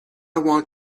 want